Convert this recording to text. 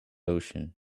ocean